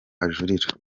ajurira